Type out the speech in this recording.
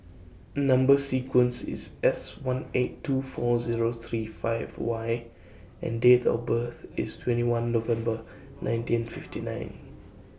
Number sequence IS S one eight two four O three five Y and Date of birth IS twenty one November nineteen fifty nine